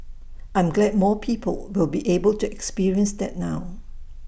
I'm glad more people will be able to experience that now